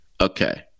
Okay